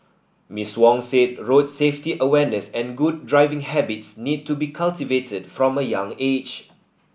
Miss Wong said road safety awareness and good driving habits need to be cultivated from a young age